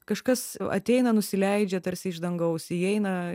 kažkas ateina nusileidžia tarsi iš dangaus įeina